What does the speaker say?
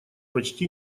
почти